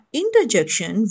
interjection